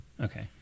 Okay